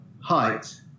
height